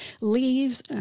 leaves